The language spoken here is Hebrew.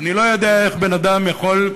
ואני לא יודע איך בן-אדם יכול,